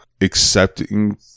accepting